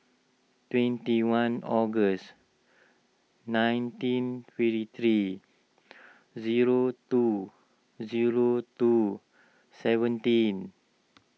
twenty one August nineteen fifty three zero two zero two seventeen